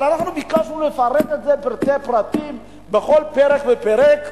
אבל אנחנו ביקשנו לפרט את זה בפרטי פרטים בכל פרק ופרק,